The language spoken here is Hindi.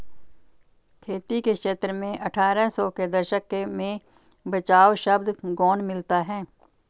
खेती के क्षेत्र में अट्ठारह सौ के दशक में बचाव शब्द गौण मिलता है